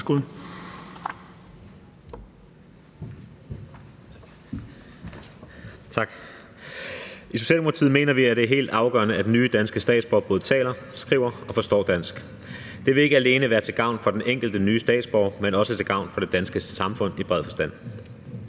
I Socialdemokratiet mener vi, at det er helt afgørende, at nye danske statsborgere både taler, skriver og forstår dansk. Det vil ikke alene være til gavn for den enkelte nye statsborger, men også til gavn for det danske samfund i bred forstand.